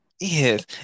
Yes